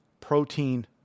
protein